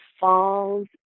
falls